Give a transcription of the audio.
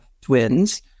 twins